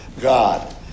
God